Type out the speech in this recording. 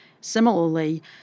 Similarly